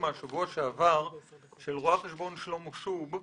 מהשבוע שעבר של רואה חשבון שלומי שוב,